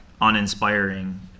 uninspiring